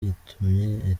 gitumye